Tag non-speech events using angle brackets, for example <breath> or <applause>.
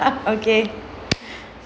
<laughs> okay <noise> <breath>